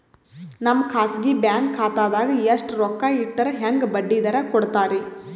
ನಮ್ಮ ಖಾಸಗಿ ಬ್ಯಾಂಕ್ ಖಾತಾದಾಗ ಎಷ್ಟ ರೊಕ್ಕ ಇಟ್ಟರ ಹೆಂಗ ಬಡ್ಡಿ ದರ ಕೂಡತಾರಿ?